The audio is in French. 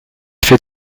fait